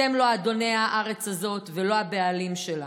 אתם לא אדוני הארץ הזאת ולא הבעלים שלה.